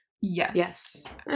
yes